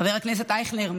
חבר הכנסת אייכלר,